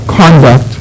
conduct